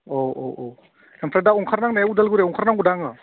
अ औ औ ओमफ्राय दा ओंखार नांनाया उदालगुरियाव ओंखारनांगौदा आङो